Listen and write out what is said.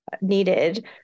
needed